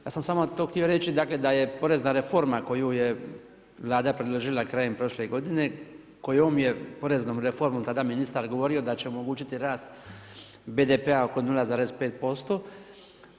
Ja sam samo to htio reći da je porezna reforma koju je Vlada predložila krajem prošle godine kojom je poreznom reformom tada ministar govorio da će omogućiti rast BDP-a oko 0,5%